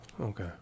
Okay